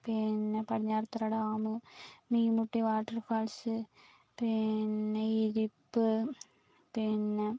പിന്നെ Padinjarathara dam Meenmutty waterfalls പിന്നെ ഇരിപ്പ് പിന്നെ